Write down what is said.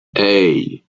hey